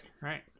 right